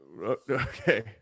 Okay